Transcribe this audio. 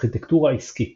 ארכיטקטורה עסקית